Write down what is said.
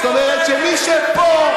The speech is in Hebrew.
זאת אומרת שמי שפה,